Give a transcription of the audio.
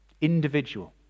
individual